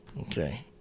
okay